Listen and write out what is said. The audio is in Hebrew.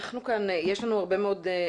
יש לנו הרבה מאוד משתתפים,